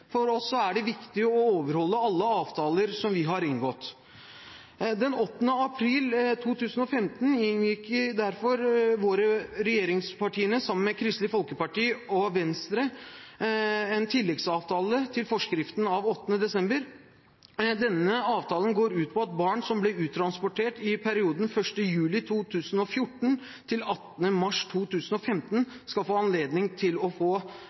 For oss er det viktig å overholde alle avtaler som vi har inngått. Den 8. april 2015 inngikk derfor regjeringspartiene sammen med Kristelig Folkeparti og Venstre en tilleggsavtale til forskriften av 8. desember. Denne avtalen går ut på at barn som ble uttransportert i perioden 1. juli 2014 til 18. mars 2015, skal få anledning til å få